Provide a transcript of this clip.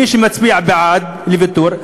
שמי שמצביע בעד ויתור,